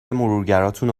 مرورگراتونو